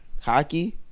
Hockey